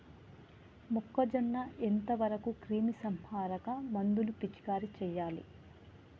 మొక్కజొన్న ఎంత వరకు క్రిమిసంహారక మందులు పిచికారీ చేయాలి?